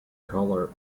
colour